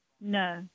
No